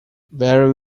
very